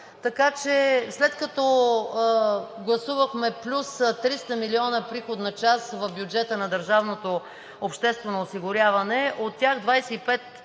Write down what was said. така че, след като гласувахме плюс 300 милиона приходна част в бюджета на държавното обществено осигуряване, от тях 25